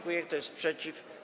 Kto jest przeciw?